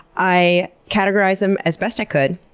i categorized them as best i could.